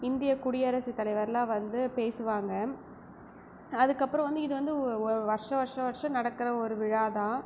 இந்திய குடியரசு தலைவர்லாம் வந்து பேசுவாங்க அதுக்குப்பறம் வந்து இது வந்து வருஷம் வருஷம் வருஷம் நடக்கிற ஒரு விழாதான்